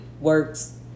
works